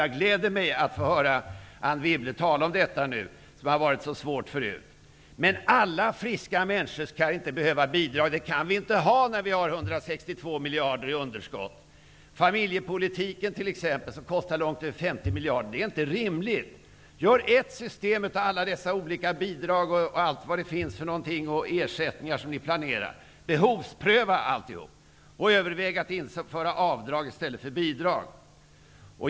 Det gläder mig att nu höra Anne Wibble tala om detta. Det har varit så svårt förut. Men friska människor skall inte behöva bidrag. Så kan vi inte ha det när vi har 162 miljarder i underskott. Familjepolitiken kostar långt över 50 miljarder. Det är inte rimligt. Gör ett system av alla dessa bidrag och ersättningar! Behovspröva allt och överväg att införa avdrag i stället för bidrag!